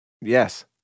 Yes